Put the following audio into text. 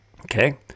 okay